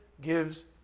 gives